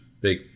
Big